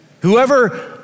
Whoever